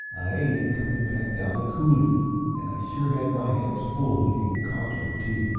i ate it coming back down the coulee and i sure had my hands full, leading concho, too.